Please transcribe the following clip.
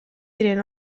diren